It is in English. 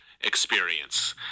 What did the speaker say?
experience